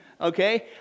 okay